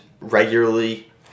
regularly